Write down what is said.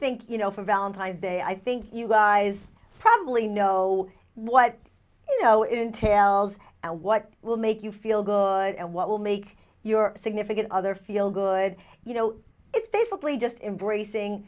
think you know for valentine's day i think you guys probably know what you know entails and what will make you feel good and what will make your significant other feel good you know it's basically just embracing